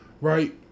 right